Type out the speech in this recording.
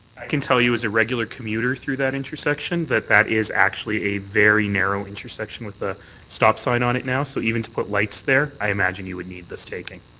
can tell you as a regular commuter through that intersection that that is actually a very narrow intersection with a stop sign on it now. so even to put lights there i imagine you would need this taking.